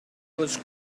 was